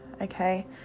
okay